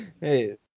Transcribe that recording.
Hey